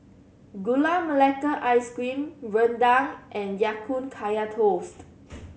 Gula Melaka Ice Cream rendang and Ya Kun Kaya Toast